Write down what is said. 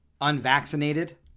unvaccinated